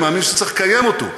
אני מאמין שצריך לקיים אותו,